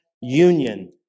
union